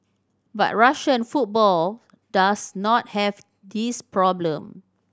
but Russian football does not have this problem